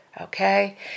okay